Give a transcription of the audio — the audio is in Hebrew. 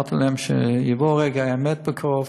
אמרתי להם שיבוא רגע האמת בקרוב.